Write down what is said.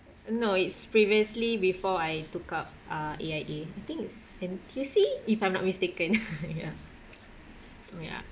no it's previously before I took up uh A_I_A I think it's N_T_U_C if I'm not mistaken ya ya